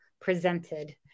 presented